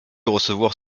recevoir